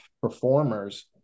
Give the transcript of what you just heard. performers